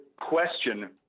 question